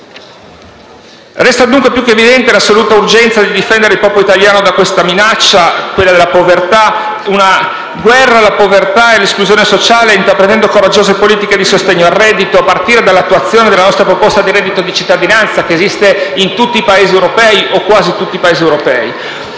Resta dunque più che evidente l'assoluta urgenza di difendere il popolo italiano dalla minaccia della povertà, di dichiarare guerra alla povertà e all'esclusione sociale, intraprendendo coraggiose politiche di sostegno al reddito, a partire dall'attuazione della nostra proposta di reddito di cittadinanza, che esiste in tutti o quasi i Paesi europei.